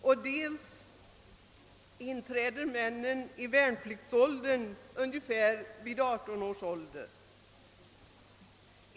Männen börjar också fullgöra sin värnplikt vid 18 års ålder.